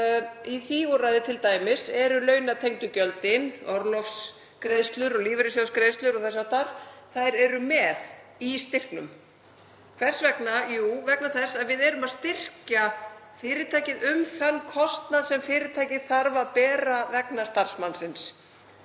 í því úrræði t.d. eru launatengdu gjöldin, orlofsgreiðslur og lífeyrissjóðsgreiðslur og þess háttar með í styrknum. Hvers vegna? Jú, vegna þess að við erum að styrkja fyrirtækið um þann kostnað sem það þarf að bera vegna starfsmannsins.